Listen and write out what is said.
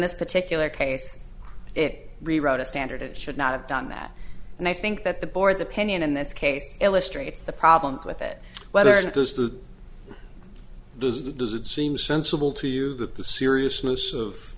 this particular case it rewrote a standard it should not have done that and i think that the board's opinion in this case illustrates the problems with it whether it goes to those does it seem sensible to you that the seriousness of